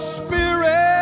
spirit